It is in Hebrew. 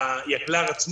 אולי הוא דיבר על מלאים,